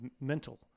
mental